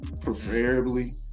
preferably